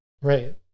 Right